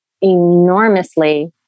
enormously